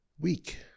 week